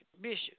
Bishop